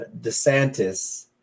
DeSantis